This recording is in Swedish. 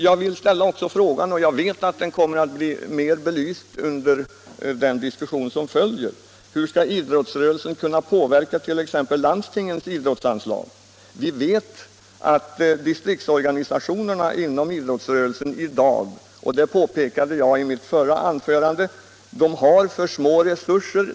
Jag vill ställa frågan, och jag vet att den blir mer belyst under den diskussion som följer: Hur skall idrottsrörelsen påverka landstingens idrottsanslag? Vi vet att distriktsorganisationerna inom idrottsrörelsen i dag — det påpekade jag i mitt förra anförande — har för små resurser.